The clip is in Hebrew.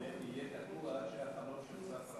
זה יהיה תקוע עד שהחלום של צפרא,